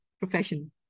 profession